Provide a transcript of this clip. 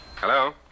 Hello